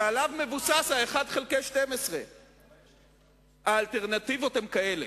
שעליו מבוסס ה-1 חלקי 12. האלטרנטיבות הן כאלה: